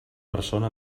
persona